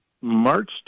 March